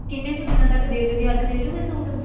ਕਿੰਨੇ ਕੁ ਦਿਨਾਂ ਤੱਕ ਦੇ ਜੂੰਗੇ ਅੱਜ ਦੇ ਜੂੰਗੇ ਸੂਟ